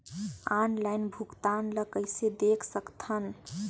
Online भुगतान ल कइसे देख सकथन?